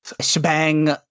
shebang